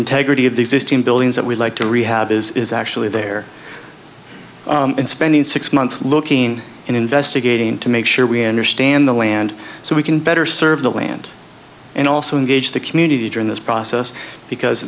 integrity of the existing buildings that we'd like to rehab is actually there and spending six months looking in investigating to make sure we understand the land so we can better serve the land and also engage the community during this process because